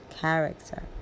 character